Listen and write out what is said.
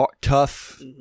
tough